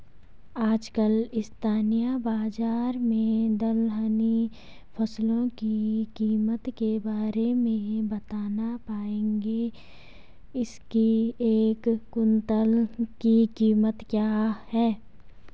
आजकल स्थानीय बाज़ार में दलहनी फसलों की कीमत के बारे में बताना पाएंगे इसकी एक कुन्तल की कीमत क्या है?